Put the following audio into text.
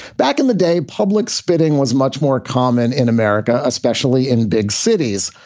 back in the day, public spitting was much more common in america, especially in big cities.